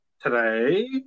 today